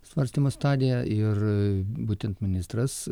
svarstymo stadiją ir būtent ministras